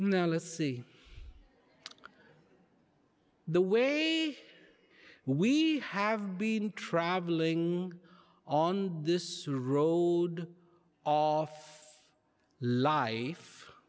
know let's see the way we have been traveling on this road of life